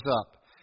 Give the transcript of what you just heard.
up